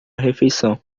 refeição